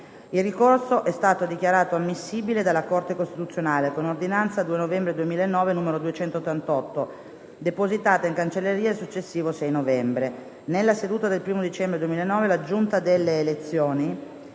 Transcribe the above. Il ricorso è stato dichiarato ammissibile dalla Corte costituzionale con ordinanza del 2 novembre 2009, n. 288, depositata in cancelleria il successivo 6 novembre. Nella seduta del 1° dicembre 2009 la Giunta delle elezioni